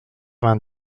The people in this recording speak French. vingt